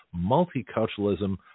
multiculturalism